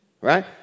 Right